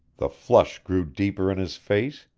the flush grew deeper in his face,